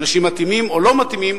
אנשים מתאימים או לא מתאימים,